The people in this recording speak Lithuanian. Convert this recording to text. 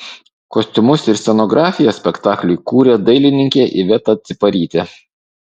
kostiumus ir scenografiją spektakliui kūrė dailininkė iveta ciparytė